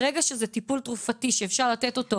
ברגע שזה טיפול תרופתי שאפשר לתת אותו